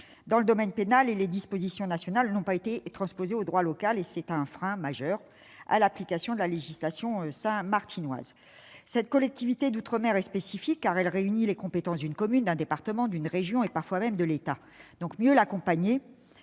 dans le domaine pénal et les dispositions nationales n'ont pas été transposées en droit local. C'est un frein majeur à l'application de la législation saint-martinoise. Cette collectivité d'outre-mer est spécifique, car elle réunit les compétences d'une commune, d'un département, d'une région, et parfois même de l'État. Il nous paraît